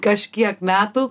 kažkiek metų